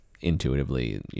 intuitively